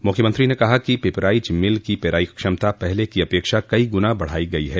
मुख्यमंत्री ने कहा कि पिपराइच मिल की पेराई क्षमता पहले की अपेक्षा कई गुना बढ़ाई गयी है